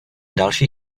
další